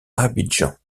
abidjan